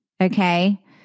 okay